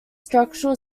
structural